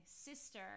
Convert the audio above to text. sister